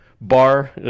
bar